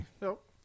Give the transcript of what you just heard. Nope